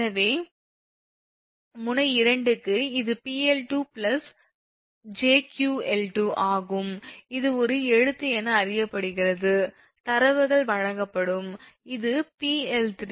எனவே முனை 2 க்கு இது 𝑃𝐿2𝑗𝑄𝐿2 ஆகும் இது ஒரு எழுத்து என அறியப்படுகிறது தரவுகள் வழங்கப்படும்